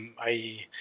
i,